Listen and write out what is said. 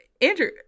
Andrew